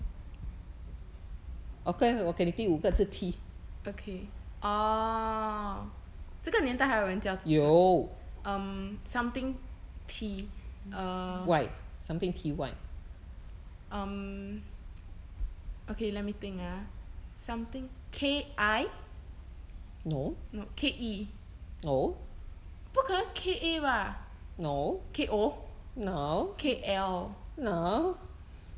okay orh 这个年代还有人叫这个 um something t err um okay let me think ah something K I K E 不可能 K A bah K O K L